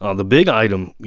um the big item you